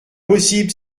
possible